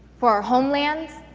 for our homelands,